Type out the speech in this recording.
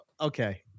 Okay